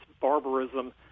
barbarism